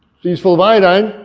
she's full of iodine.